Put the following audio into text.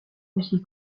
aussi